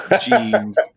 jeans